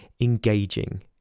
engaging